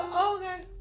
okay